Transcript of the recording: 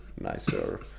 nicer